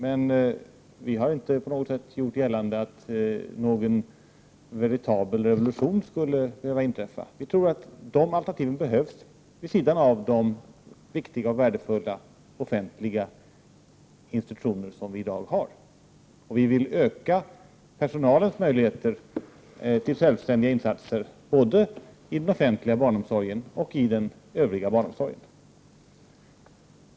Men vi har inte på något sätt gjort gällande att någon veritabel revolution skulle behöva inträffa. Vi tror att de alternativen behövs vid sidan av de viktiga och värdefulla offentliga institutioner som vi i dag har. Vi vill öka personalens möjligheter till självständiga insatser både i den offentliga barnomsorgen och i den övriga barnomsorgen.